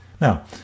Now